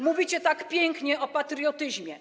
Mówicie tak pięknie o patriotyzmie.